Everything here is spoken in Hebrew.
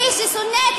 מי ששונא את הארץ,